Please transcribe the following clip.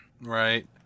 Right